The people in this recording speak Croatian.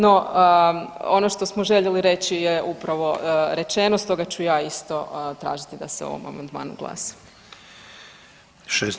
No, ono to smo željeli reći je upravo rečeno stoga ću ja isto tražiti da se o ovom amandmanu glasa.